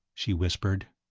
she whispered.